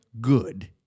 good